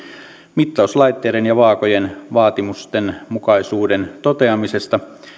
mittauslaitteiden ja vaakojen vaatimusten mukaisuuden toteamisesta